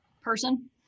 person